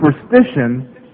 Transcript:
superstition